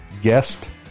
guest